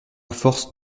force